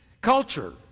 culture